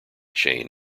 chain